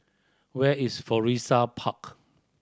where is Florissa Park